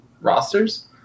rosters